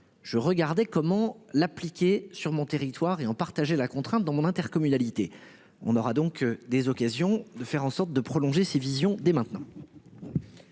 Je regardais comment l'appliquer sur mon territoire et en partager la contrainte dans mon intercommunalité. On aura donc des occasions de faire en sorte de prolonger ses visions dès maintenant.